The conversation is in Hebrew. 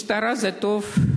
משטרה זה טוב,